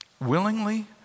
willingly